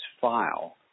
file